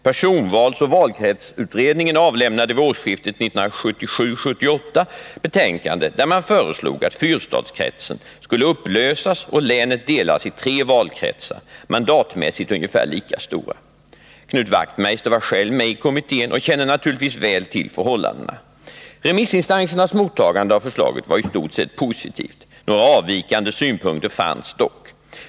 Personvalsoch valkretsutredningen avlämnade vid årsskiftet 1977-1978 betänkande där man föreslog att fyrstadskretsen skulle upplösas och länet delas in i tre valkretsar, mandatmässigt ungefär lika stora. Knut Wachtmeister var själv med i kommittén och känner naturligtvis väl till förhållandena. Remissinstansernas mottagande av förslaget var i stort sett positivt. Några avvikande synpunkter fanns dock.